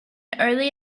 early